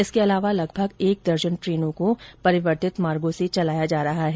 इसके अलावा लगभग एक दर्जन ट्रेनों को परिवर्तित मार्गों से चलाया जा रहा है